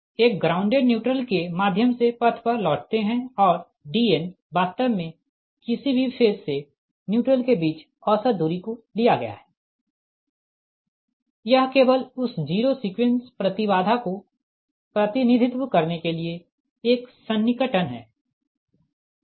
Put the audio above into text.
एक grounded neutral के माध्यम से पथ पर लौटते है और Dn वास्तव में किसी भी फेज से न्यूट्रल के बीच औसत दूरी को लिया गया है यह केवल उस जीरो सीक्वेंस प्रति बाधा को प्रतिनिधित्व करने के लिए एक सन्निकटन है ठीक